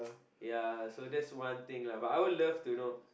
ya so that is one thing lah but I would love to know